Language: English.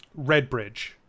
Redbridge